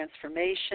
transformation